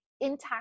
intact